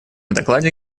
докладе